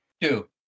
Two